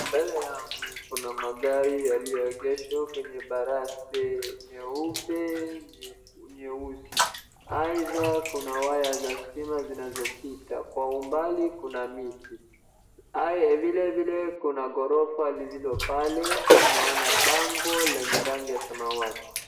Mbele yangu kuna magari yaliyoegeshwa kwenye baraste nyeupe, nyeusi. Aidha kuna waya za stima zinazopita. Kwa umbali kuna miti. Vilevile kuna ghorofa lililopale, tunaona bango lenye rangi ya samawati.